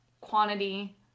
quantity